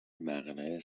مقنعه